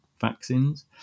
vaccines